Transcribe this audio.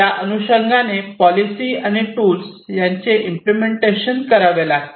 त्या अनुषंगाने पॉलिसी आणि टूल्स यांचे इम्पलेमेंटेशन करावे लागते